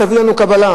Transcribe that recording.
תביא לנו קבלה,